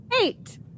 Eight